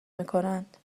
میکنند